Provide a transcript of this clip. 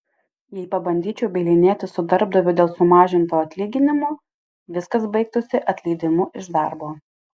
jei pabandyčiau bylinėtis su darbdaviu dėl sumažinto atlyginimo viskas baigtųsi atleidimu iš darbo